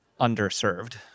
underserved